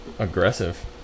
aggressive